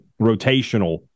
rotational